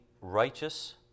righteous